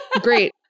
Great